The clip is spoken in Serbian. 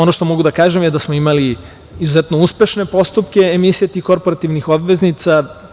Ono što mogu da kažem je da smo imali izuzetno uspešne postupke emisije tih korporativnih obveznica.